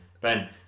Ben